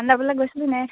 ধান দাবলে গৈছিলি নাই